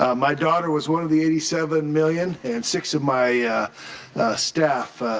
um my daughter was one of the eighty seven million and six of my staff